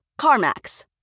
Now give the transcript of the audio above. CarMax